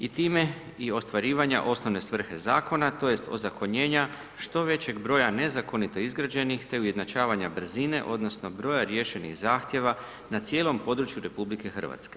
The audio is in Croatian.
I time i ostvarivanja osnove svrhe zakona tj. ozakonjenja što većeg broja nezakonito izgrađenih te ujednačavanja brzine odnosno broja riješenih zahtjeva na cijelom području RH.